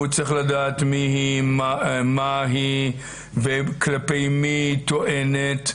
הוא צריך לדעת מי היא, מה היא וכלפי מי היא טוענת.